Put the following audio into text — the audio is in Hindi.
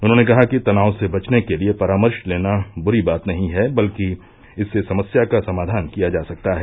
उन्होंने कहा कि तनाव से बचने के लिए परामर्श लेना बुरी बात नही है बल्कि इससे समस्या का समाधान किया जा सकता है